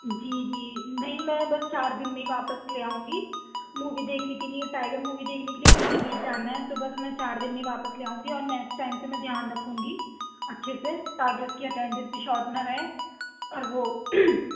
جی جی نہیں میں بس چار دِن میں ہی واپس لے آؤں گی مووی دیکھنے کے لیے ٹائیگر مووی دیکھنے کے لیے پیلی بھیت جانا ہے تو بس میں چار دِن میں واپس لے آؤں گی اور نیکس ٹائم پہ میں دھیان رکھوں گی اچھے سے تاکہ اُس کی اٹنڈنس بھی شاٹ نہ رہے اور وہ